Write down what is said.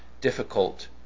difficult